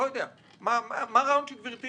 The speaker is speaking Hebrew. מה הרעיון שגברתי